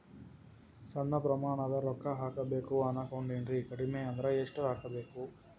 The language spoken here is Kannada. ಸಣ್ಣ ಪ್ರಮಾಣದ ರೊಕ್ಕ ಹಾಕಬೇಕು ಅನಕೊಂಡಿನ್ರಿ ಕಡಿಮಿ ಅಂದ್ರ ಎಷ್ಟ ಹಾಕಬೇಕು?